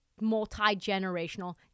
multi-generational